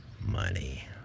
money